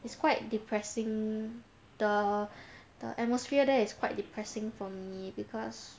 it's quite depressing the the atmosphere there is quite depressing for me because